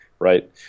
Right